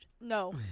No